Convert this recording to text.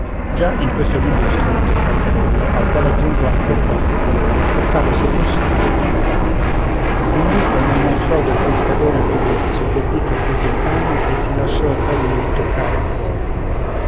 già in questo libro ho scritto il fatterello al quale aggiungo ancor qualche colore per farlo s'è possibile più bello un lupo non mostrò del pescatore il giudizio quel dì che prese un cane e si lasciò da lui toccare il cuore